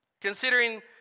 considering